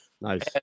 Nice